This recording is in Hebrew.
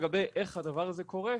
לגבי איך הדבר הזה קורה,